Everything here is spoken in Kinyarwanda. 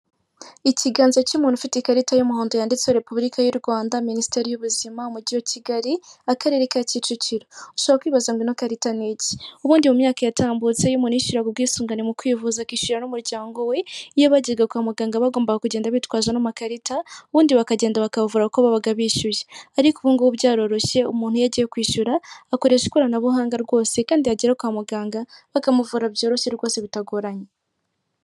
Ikiganza cy'umuntu ufite ikarita y'umuhodo yanditse repubulika y'u Rwanda minisiteri y'ubuzima, umujyi wa Kigali, akarere ka Kicukiro, ushaka kwibaza ngo iyi karita ni iyiki? Ubundi mumyaka yatambutse yimu yishyuraga ubwisungane mu kwivuza akishyura n'umuryango we iyo bajyaga kwa muganga bagombaga kugenda bitwaza n' amakarita ubundi bakagenda bakavura ko babaga bishyuye ariko ubu ngo byaroroshye umuntu iyo yagiye kwishyura akoresha ikoranabuhanga rwose kandi yagera kwa muganga bakamuvura byoroshye rwose bitagoranye.